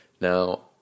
Now